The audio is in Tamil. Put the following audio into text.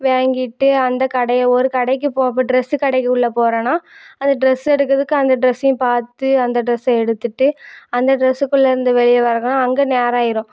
வாங்கிட்டு அந்த கடையை ஒரு கடைக்கு போ இப்போ ட்ரெஸு கடைக்குள்ளே போகிறன்னா அந்த ட்ரெஸ் எடுக்கிறதுக்கு அந்த ட்ரெஸையும் பார்த்து அந்த ட்ரெஸை எடுத்துகிட்டு அந்த ட்ரெஸு குள்ள இருந்து வெளியே வரணும் அங்கே நேரம் ஆகிரும்